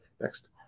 next